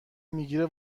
میگیرید